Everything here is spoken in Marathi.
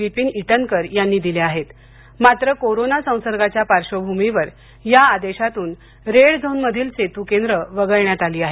विपिन ईटनकर यांनी दिले आहेत मात्र कोरोना संसर्गाच्यापार्श्वभूमीवर या आदेशातून रेड झोन मधील सेतू केंद्रे वगळण्यात आली आहेत